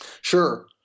Sure